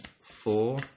four